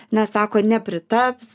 na sako nepritaps